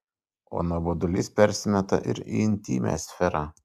o nuobodulys persimeta ir į intymią sferą